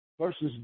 versus